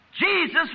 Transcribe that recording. Jesus